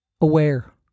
aware